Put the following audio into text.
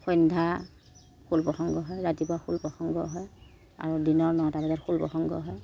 সন্ধ্যা খোল প্ৰসঙ্গ হয় ৰাতিপুৱা খোল প্ৰসঙ্গ হয় আৰু দিনৰ নটা বজাত খোল প্ৰসঙ্গ হয়